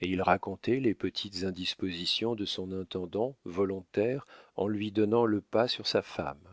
et il racontait les petites indispositions de son intendant volontaire en lui donnant le pas sur sa femme